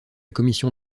commission